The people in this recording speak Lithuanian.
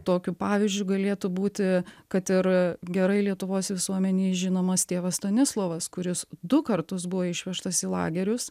tokiu pavyzdžiu galėtų būti kad ir gerai lietuvos visuomenei žinomas tėvas stanislovas kuris du kartus buvo išvežtas į lagerius